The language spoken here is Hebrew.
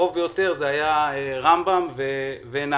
הקרוב ביותר היה רמב"ם ונהריה